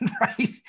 right